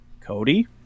Cody